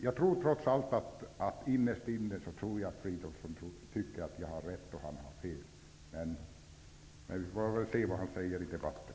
Jag tror trots allt innerst inne att Filip Fridolfsson tycker att jag har rätt och att han har fel. Vi får väl se vad han säger i debatten.